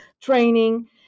training